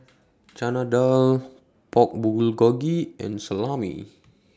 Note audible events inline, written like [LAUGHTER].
[NOISE] Chana Dal Pork Bulgogi and Salami